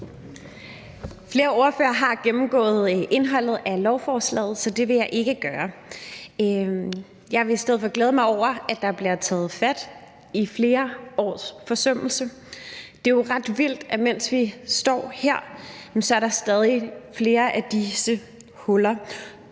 Flere ordførere har gennemgået indholdet af lovforslaget, så det vil jeg ikke gøre. Jeg vil i stedet for glæde mig over, at der bliver taget fat i flere års forsømmelser. Det er jo ret vildt, at mens vi står her, er der stadig flere af disse huller.